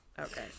okay